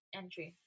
entry